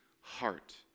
heart